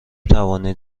توانید